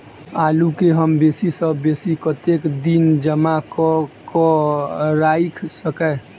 आलु केँ हम बेसी सऽ बेसी कतेक दिन जमा कऽ क राइख सकय